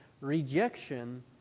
rejection